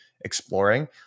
exploring